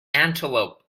antelope